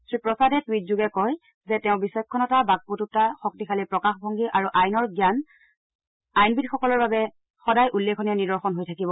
শ্ৰীপ্ৰসাদে টুইটযোগে কয় যে তেওৰঁ বিচক্ষণতা বাকপটুতা শক্তিশালী প্ৰকাশ ভংগী আৰু আইনৰ জ্ঞান আইবিদসকলৰ বাবে সদায় উল্লেখনীয় নিদৰ্শন হৈ থাকিব